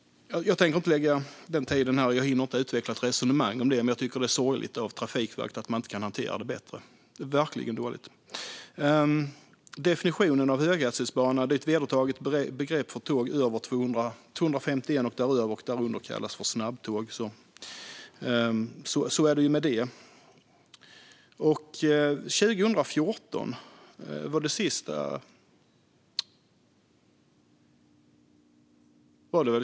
Jag hinner inte utveckla ett resonemang om det här, men jag tycker att det är sorgligt att Trafikverket inte kan hantera detta bättre. Det är verkligen dåligt. Höghastighetsbana är ett vedertaget begrepp för tåg som körs i minst 251 kilometer i timmen. Tåg med en maxhastighet på 250 kilometer i timmen kallas snabbtåg.